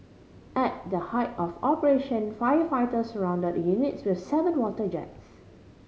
at the height of operation firefighters surround the units with seven water jets